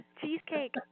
Cheesecake